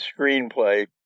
screenplay